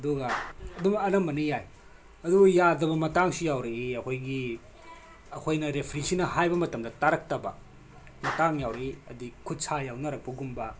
ꯑꯗꯨꯒ ꯑꯗꯨꯃ ꯑꯅꯝꯕꯅ ꯌꯥꯏ ꯑꯗꯨꯕꯨ ꯌꯥꯗꯕ ꯃꯇꯥꯡꯁꯨ ꯌꯥꯎꯔꯛꯏ ꯑꯩꯈꯣꯏꯒꯤ ꯑꯩꯈꯣꯏꯅ ꯔꯦꯐ꯭ꯔꯤꯁꯤꯅ ꯍꯥꯏꯕ ꯃꯇꯝꯗ ꯇꯥꯔꯛꯇꯕ ꯃꯇꯥꯡ ꯌꯥꯎꯅꯔꯛꯏ ꯍꯥꯏꯗꯤ ꯈꯨꯠ ꯁꯥ ꯌꯥꯎꯅꯔꯛꯄꯒꯨꯝꯕ